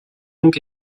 donc